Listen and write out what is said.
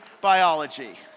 biology